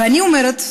ואני אומרת,